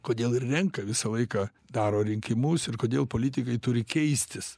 kodėl ir renka visą laiką daro rinkimus ir kodėl politikai turi keistis